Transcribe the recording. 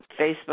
Facebook